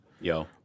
Yo